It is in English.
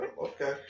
Okay